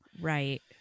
Right